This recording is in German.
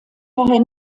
daher